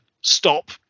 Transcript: stop